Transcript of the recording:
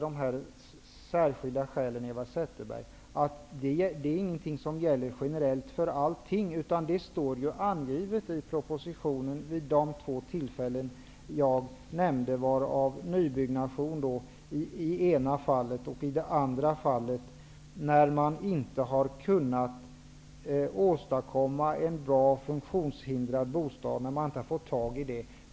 De särskilda skälen, Eva Zetterberg, gäller inte generellt, utan i propositionen anges de två tillfällen jag nämnde, i ena fallet nybyggnation och i det andra fallet när man inte har kunnat åstadkomma en bra, anpassad bostad.